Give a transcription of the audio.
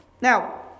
Now